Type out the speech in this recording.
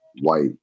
white